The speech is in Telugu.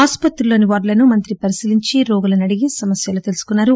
అసుపత్రిలోని వార్డులను మంత్రి పరిశీలించి రోగులను అడిగి సమస్యలు తెలుసుకున్నారు